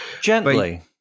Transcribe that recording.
Gently